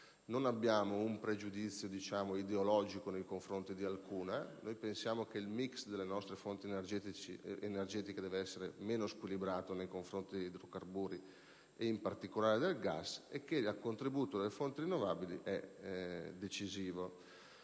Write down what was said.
Non abbiamo un pregiudizio ideologico nei confronti di alcuna fonte energetica. Pensiamo che il *mix* delle nostre fonti energetiche debba essere meno squilibrato nei confronti degli idrocarburi, e in particolare del gas, e che il contributo delle fonti rinnovabili sia decisivo.